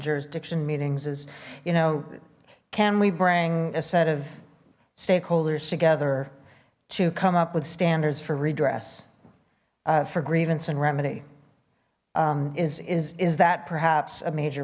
jurisdiction meetings as you know can we bring a set of stakeholders together to come up with standards for redress for grievance and remedy is is is that perhaps a major